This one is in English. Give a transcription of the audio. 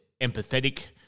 empathetic –